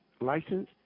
license